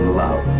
love